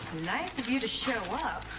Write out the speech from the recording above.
nice of you to show up.